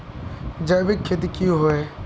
जैविक खेती की होय?